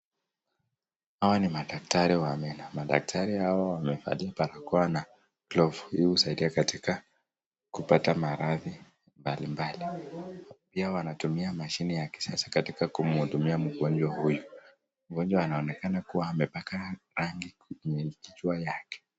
Hawa ni madaktari wa meno. Madaktari hawa wamevalia barakoa na glavu ili kusaidia katika kupata maradhi mbalimbali. Pia wanatumia mashine ya kisasa katika kumhudumia mgonjwa huyu. Mgonjwa anaonekana kuwa amepaka rangi kwenye kichwa yake.